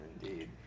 indeed